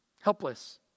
Helpless